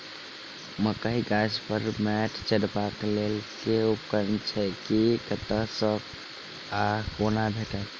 मकई गाछ पर मैंट चढ़ेबाक लेल केँ उपकरण छै? ई कतह सऽ आ कोना भेटत?